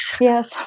Yes